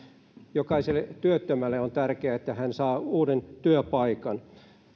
jokaiselle työttömälle on tärkeää että hän saa uuden työpaikan